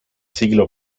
siglo